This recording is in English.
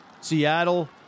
Seattle